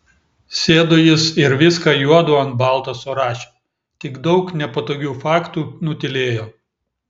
sėdo jis ir viską juodu ant balto surašė tik daug sau nepatogių faktų nutylėjo